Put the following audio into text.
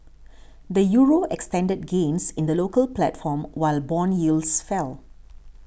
the Euro extended gains in the local platform while bond yields fell